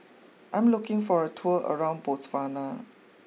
I'm looking for a tour around Botswana